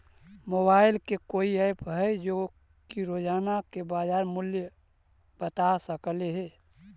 Mobile के कोइ app है जो कि रोजाना के बाजार मुलय बता सकले हे?